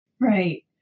Right